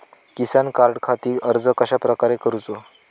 किसान कार्डखाती अर्ज कश्याप्रकारे करूचो?